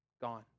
gone